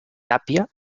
tàpia